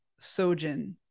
Sojin